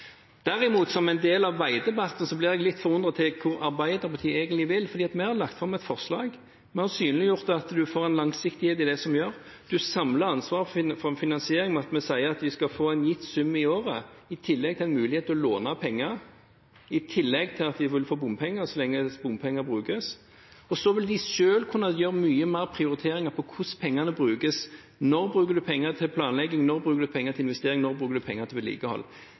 Derimot, som en del av veidebatten, blir jeg litt undrende til hva Arbeiderpartiet egentlig vil. Vi har lagt fram et forslag, vi har synliggjort at en får en langsiktighet i det som gjøres, en samler ansvaret for en finansiering ved at vi sier at de skal få en gitt sum i året – i tillegg til en mulighet til å låne penger, i tillegg til at de vil få bompenger, så lenge bompenger brukes. Så vil de selv kunne gjøre mange flere prioriteringer av hvordan pengene brukes. Når bruker en penger til planlegging, når bruker en penger til investering, når bruker en penger til vedlikehold?